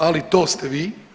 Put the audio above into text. Ali to ste vi.